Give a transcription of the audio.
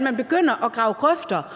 Man begynder at grave grøfter